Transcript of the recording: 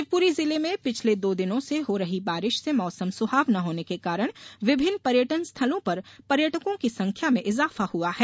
शिवपुरी जिले में पिछले दो दिनों से हो रही बारिश से मौसम सुहावना होने के कारण विभिन्न पर्यटनस्थलों पर पर्यटकों की संख्या में इजाफा हुआ है